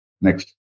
Next